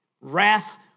Wrath